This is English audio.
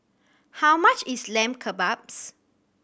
how much is Lamb Kebabs